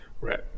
Right